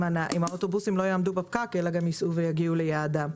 האוטובוסים לא יעמדו בפקק אלא ייסעו ויגיעו ליעדם.